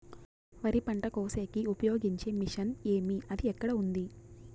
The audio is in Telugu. వరి పంట కోసేకి ఉపయోగించే మిషన్ ఏమి అది ఎక్కడ ఉంది?